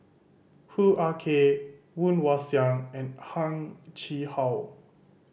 Hoo Ah Kay Woon Wah Siang and Heng Chee How